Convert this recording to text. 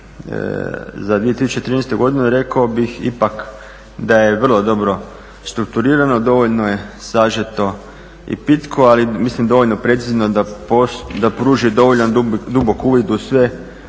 za 2013. godinu rekao bih ipak da je vrlo dobro strukturirano. Dovoljno je sažeto i pitko, ali mislim dovoljno precizno da pruži dovoljno dubok uvid u sve